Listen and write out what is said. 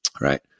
right